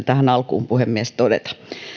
tähän alkuun puhemies todeta